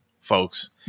folks